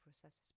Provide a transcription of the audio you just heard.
processes